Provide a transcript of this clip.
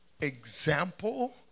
Example